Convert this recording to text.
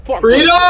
Freedom